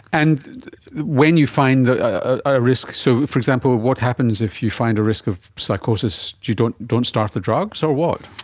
and when you find a risk, so, for example, what happens if you find a risk of psychosis? you don't don't start the drugs, or what?